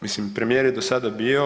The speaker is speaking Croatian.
Mislim premijer je do sada bio.